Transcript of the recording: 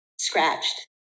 scratched